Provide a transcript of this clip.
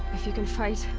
if you can fight.